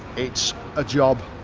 it's a job.